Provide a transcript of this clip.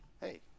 hey